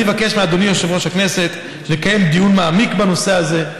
אני אבקש מאדוני יושב-ראש הכנסת לקיים דיון מעמיק בנושא הזה.